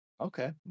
Okay